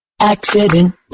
Accident